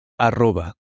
arroba